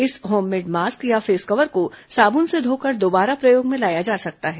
इस homemade mask या face cover को साबून से धोकर दोबारा प्रयोग में लाया जा सकता है